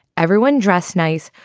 everyone dressed nice.